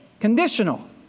conditional